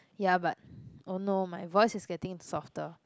ya but oh no my voice is getting softer